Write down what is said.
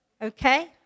okay